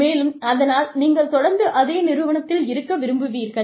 மேலும் அதனால் நீங்கள் தொடர்ந்து அதே நிறுவனத்தில் இருக்க விரும்புவீர்கள்